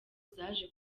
zaje